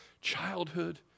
childhood